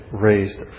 raised